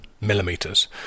millimeters